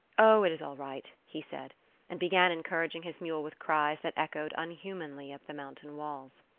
o, it is all right he said and began encouraging his mule with cries that echoed unhumanly up the mountain walls.